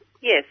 Yes